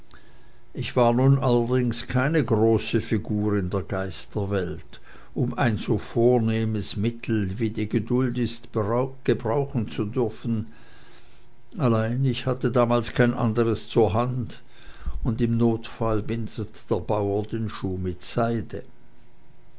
ich war nun allerdings keine große figur in der geisterwelt um ein so vornehmes mittel wie die geduld ist gebrauchen zu dürfen allein ich hatte damals kein anderes zur hand und im notfall bindet der bauer den schuh mit seide